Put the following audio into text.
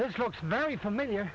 this looks very familiar